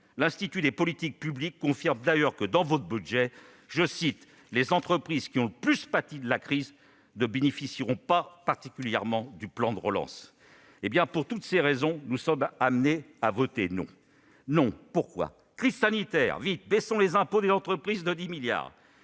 L'Institut des politiques publiques confirme d'ailleurs que, dans votre budget, « les entreprises qui ont le plus pâti de la crise ne bénéficieront pas particulièrement du plan de relance ». Pour toutes ces raisons, nous sommes amenés à dire non à ce budget. Une crise sanitaire ? Vite, baissons les impôts des entreprises de 10 milliards